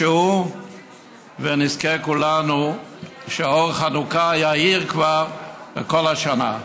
שהיא ונזכה כולנו שאור חנוכה יאיר כבר את כל השנה.